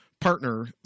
partner